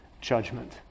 judgment